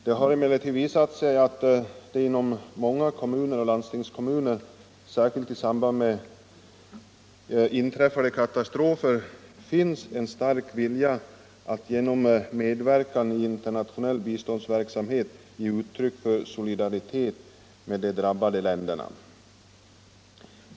Det har emellertid visat sig att det inom många kommuner och landstingskommuner, särskilt i samband med inträffade katastrofer, finns en stark vilja att genom medverkan i internationell biståndsverksamhet ge uttryck för solidaritet med de drabbade länderna.